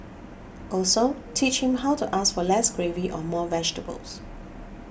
also teach him how to ask for less gravy or more vegetables